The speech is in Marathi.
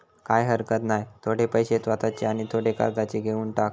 काय हरकत नाय, थोडे पैशे स्वतःचे आणि थोडे कर्जाचे घेवन टाक